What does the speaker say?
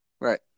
Right